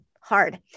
hard